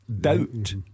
doubt